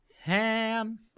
Ham